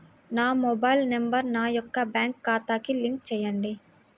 నా mobile number నా యొక్క బ్యాంక్ ఖాతాకి లింక్ చేయండీ?